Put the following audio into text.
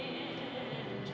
is